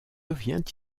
vient